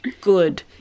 good